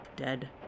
Dead